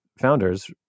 founders